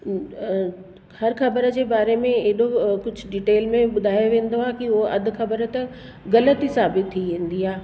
अ हर ख़बर जे बारे में एॾो कुझु डिटेल में ॿुधायो वेंदो आहे की हूअ अधि ख़बर त ग़लति ई साबित थी वेंदी आहे